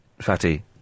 Fatty